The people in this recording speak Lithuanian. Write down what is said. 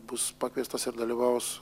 bus pakviestas ir dalyvaus